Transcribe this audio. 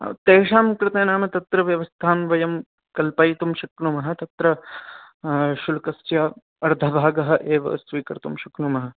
तेषां कृते नाम तत्र व्यवस्थां वयं कल्पयितुं शक्नुमः तत्र शुल्कस्य अर्धभागः एव स्वीकर्तुं शक्नुमः